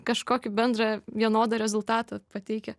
kažkokį bendrą vienodą rezultatą pateikia